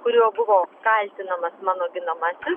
kuriuo buvo kaltinamas mano ginamasis